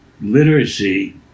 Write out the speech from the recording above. literacy